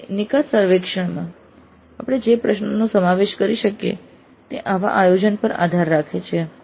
તેથી નિકાસ સર્વેક્ષણમાં આપણે જે પ્રશ્નોનો સમાવેશ કરી શકીએ તે આવા આયોજન પર આધાર રાખે છે